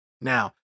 Now